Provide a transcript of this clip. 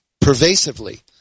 pervasively